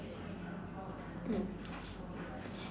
mm